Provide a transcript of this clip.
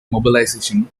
mobilization